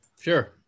Sure